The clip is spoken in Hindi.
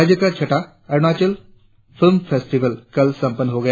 राज्य का छठा अरुणाचल फिल्म फेस्टिवल कल संपन्न हो गया